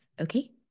Okay